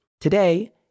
Today